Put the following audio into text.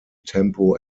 tempo